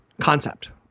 concept